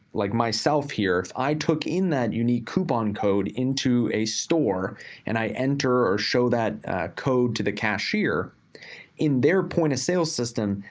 like myself here, i took in that unique coupon code into a store and i enter or show that code to the cashier in their point of sale system,